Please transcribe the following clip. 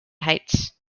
heights